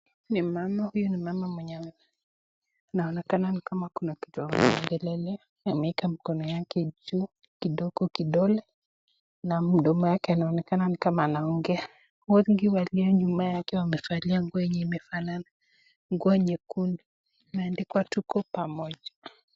mama huyu mwenye anaonekana kuwa kuna kitu anaongelelea ameweka mkono yake juu kidogo kidole na mdomo yake anaonekana kama anaongea wengi walio nyuma yake wamevalia nguo iliyo imefanana nguo nyekundu imeandikwa tuko pamoja.